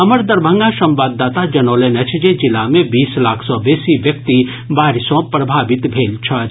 हमर दरभंगा संवाददाता जनौलनि अछि जे जिला मे बीस लाख सॅ बेसी व्यक्ति बाढ़ि सॅ प्रभावित भेल छथि